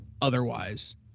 otherwise